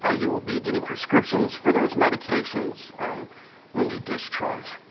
ah you will be getting prescriptions for those medications when you discharge.